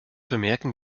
bemerken